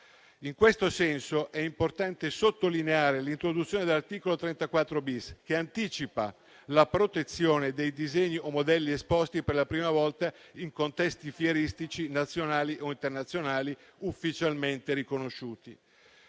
In questo senso, è importante sottolineare l'introduzione dell'articolo 34-*bis*, che anticipa la protezione dei disegni o modelli esposti per la prima volta in contesti fieristici, nazionali o internazionali, ufficialmente riconosciuti.